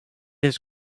his